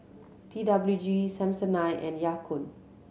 T W G Samsonite and Ya Kun